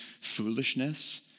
foolishness